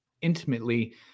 intimately